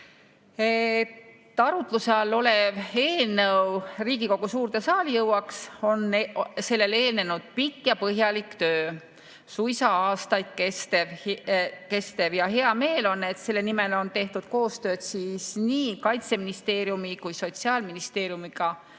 arutluse all olev eelnõu Riigikogu suurde saali jõuaks, on eelnenud pikk ja põhjalik töö, suisa aastaid kestev. Hea meel on, et selle nimel on tehtud koostööd nii Kaitseministeeriumi kui ka Sotsiaalministeeriumiga ja